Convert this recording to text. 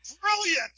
brilliant